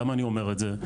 ולמה אני אומר את זה?